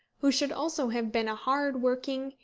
who should also have been a hard-working,